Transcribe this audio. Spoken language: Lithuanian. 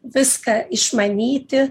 viską išmanyti